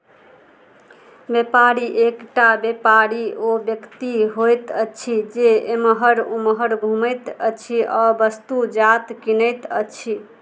व्यापारी एक टा व्यापारी ओ व्यक्ति होइत अछि जे एम्हर उम्हर घूमैत अछि आ वस्तुजात कीनैत अछि